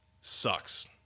sucks